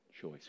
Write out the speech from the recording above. choice